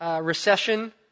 recession